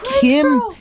Kim